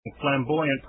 flamboyant